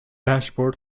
dashboard